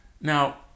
now